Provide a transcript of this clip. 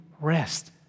rest